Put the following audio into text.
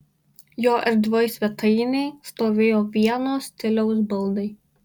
jo erdvioj svetainėj stovėjo vienos stiliaus baldai